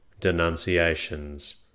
denunciations